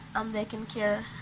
um they can cure